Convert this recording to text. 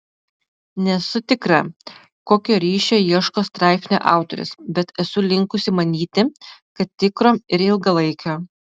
nesu tikra kokio ryšio ieško straipsnio autorius bet esu linkusi manyti kad tikro ir ilgalaikio